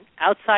outside